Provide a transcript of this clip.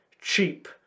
cheap